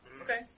Okay